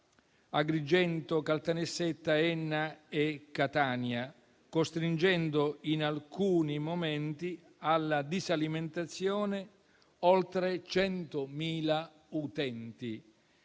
Agrigento, Caltanissetta, Enna e Catania, costringendo in alcuni momenti alla disalimentazione di oltre 100.000 utenti,